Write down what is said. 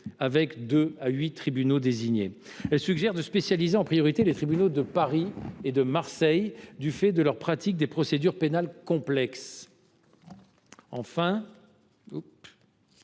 avec deux à huit tribunaux désignés. Nous suggérons de spécialiser en priorité les tribunaux de Paris et de Marseille, du fait de leur pratique des procédures pénales complexes. Les huit